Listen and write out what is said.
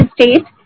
State